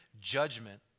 judgment